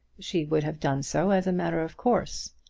she would have done so as a matter of course.